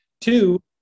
Two